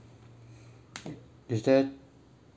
is there